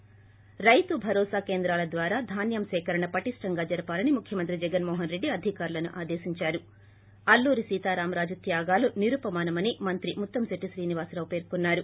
ి రైతు భరోసా కేంద్రాల ద్వారా ధాన్యం సేకరణ పటిష్టంగా జరపాలని ముఖ్యమంత్రి జగన్ మోహన్ రెడ్డి అధికారులను ఆదేశించారు ి అల్లూరి సీతారామరాజు త్యాగాలు నిరుపమానమని మంత్రి ముత్తంశెట్లి శ్రీనివాసరావు పేర్కొన్నారు